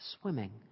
swimming